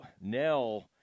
Nell